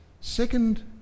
Second